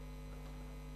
ההקפאה.